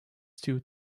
stew